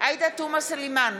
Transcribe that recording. עאידה תומא סלימאן,